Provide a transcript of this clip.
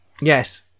Yes